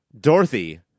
Dorothy